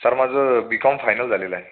sir माझं B com final झालेलं आहे